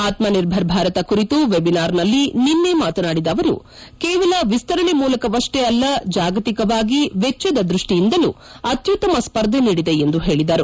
ಆತ್ಮ ನಿರ್ಭರ್ ಭಾರತ ಕುರಿತು ವೆಬಿನಾರ್ನಲ್ಲಿ ನಿನ್ನೆ ಮಾತನಾಡಿದ ಅವರು ಕೇವಲ ವಿಸ್ತರಣೆ ಮೂಲಕವಷ್ಲೇ ಅಲ್ಲ ಜಾಗತಿಕವಾಗಿ ವೆಚ್ಚದ ದೃಷ್ಟಿಯಿಂದಲೂ ಅತ್ಯುತ್ತಮ ಸ್ಪರ್ಧೆ ನೀಡಿದೆ ಎಂದು ಹೇಳದರು